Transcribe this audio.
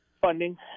Funding